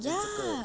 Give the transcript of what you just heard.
ya